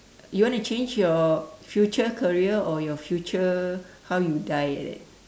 you want to change your future career or your future how you die like that